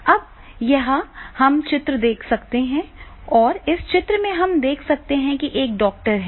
अब यहाँ हम चित्र देख सकते हैं और इस चित्र में हम देख सकते हैं कि एक डॉक्टर है